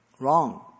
Wrong